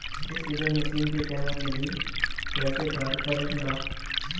Happy seeder machine के कहवा मिली कैसे कार कर ला?